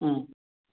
ம்